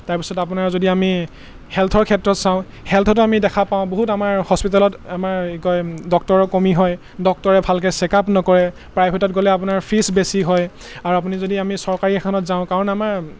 তাৰপিছত আপোনাৰ যদি আমি হেল্থৰ ক্ষেত্ৰত চাওঁ হেল্থটো আমি দেখা পাওঁ বহুত আমাৰ হস্পিটেলত আমাৰ কি কয় ডক্তৰৰ কমি হয় ডক্তৰে ভালকৈ চেকআপ নকৰে প্ৰাইভেটত গ'লে আপোনাৰ ফিজ বেছি হয় আৰু আপুনি যদি আমি চৰকাৰী এখনত যাওঁ কাৰণ আমাৰ